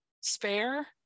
Spare